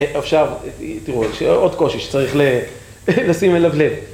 עכשיו, תראו, עוד קושי שצריך לשים אליו לב.